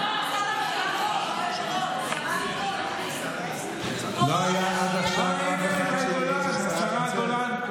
להביא לך, לא היה עד עכשיו, או, הינה השרה גולן.